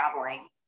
traveling